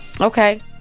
Okay